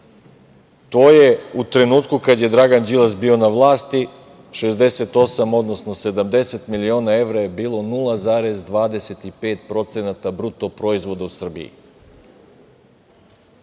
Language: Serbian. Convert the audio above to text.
To je u trenutku kada je Dragan Đilas bio na vlasti 68 odnosno 70 miliona evra je bilo 0,25% bruto proizvoda u Srbiji.